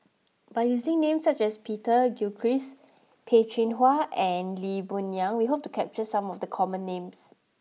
by using names such as Peter Gilchrist Peh Chin Hua and Lee Boon Yang we hope to capture some of the common names